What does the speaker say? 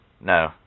No